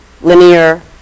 linear